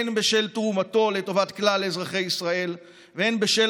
הן בשל תרומתו לטובת כלל אזרחי ישראל והן בשל